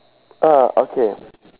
ah okay